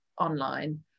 online